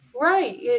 Right